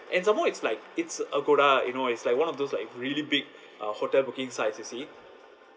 and some more it's like it's agoda you know it's like one of those like really big uh hotel booking sites you see